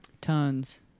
Tons